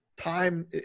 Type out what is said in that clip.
Time